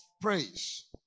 praise